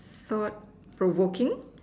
sort provoking